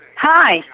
Hi